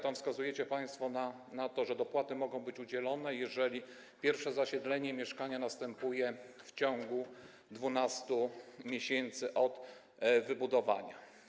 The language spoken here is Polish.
Tam wskazujecie państwo na to, że dopłaty mogą być udzielone, jeżeli pierwsze zasiedlenie mieszkania następuje w ciągu 12 miesięcy od wybudowania.